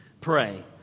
Pray